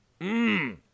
Mmm